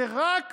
זה רק